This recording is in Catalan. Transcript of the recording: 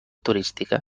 turística